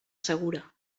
segura